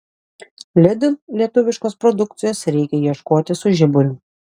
lidl lietuviškos produkcijos reikia ieškoti su žiburiu